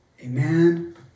Amen